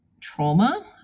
trauma